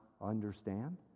understand